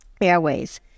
airways